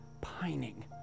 pining